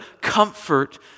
comfort